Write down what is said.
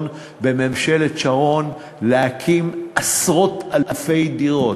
בממשלת שרון בהקמת עשרות אלפי דירות,